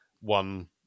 one